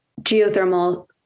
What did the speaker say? geothermal